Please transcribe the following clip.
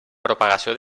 propagació